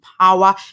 power